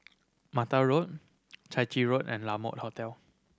Mata Road Chai Chee Road and La Mode Hotel